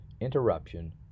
interruption